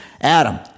Adam